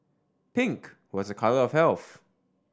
pink was a colour of health